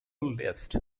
list